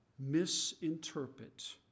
misinterpret